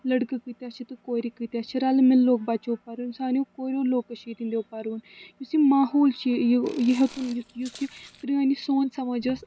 لٔڑکہٕ کۭتیٛاہ چھِ تہٕ کورِ کۭتیٛاہ چھِ رلہٕ ملہٕ لوگ بچو پَرُن سانیو کوریو لوگ کٔشیٖرِ ہِنٛدیو پَرُن یُس یہِ ماحول چھِ یہِ یہِ ہیوٚتُن یُتھ یُس یہِ پرٛٲنۍ یہِ سون سمجھ ٲس